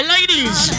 Ladies